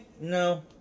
No